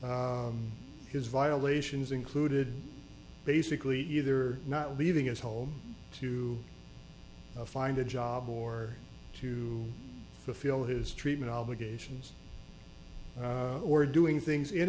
e his violations included basically either not leaving his home to find a job or to fulfill his treatment obligations or doing things in